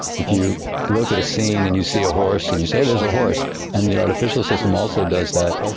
if you look at a scene and you see a horse and you say, there's a horse and the artificial system also does that,